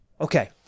okay